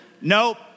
nope